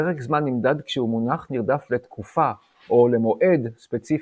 פרק זמן נמדד שהוא מונח נרדף ל"תקופה" או ל"מועד" ספציפי,